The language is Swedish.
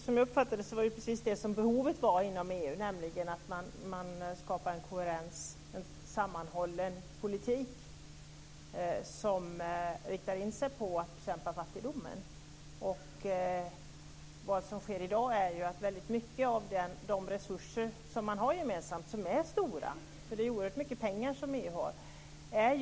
Som jag uppfattar det är det precis detta som det finns behov av inom EU, dvs. att man skapar en koherens och en sammanhållen politik som riktar in sig på att bekämpa fattigdomen. I dag inriktas mycket av det resurser som man har gemensamt och som är stora - EU har ju oerhört mycket pengar - på byråkrati.